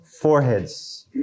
foreheads